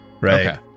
Right